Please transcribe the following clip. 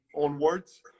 onwards